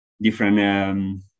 different